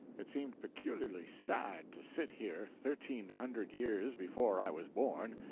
it seemed peculiarly sad to sit here, thirteen hundred years before i was born,